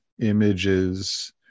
images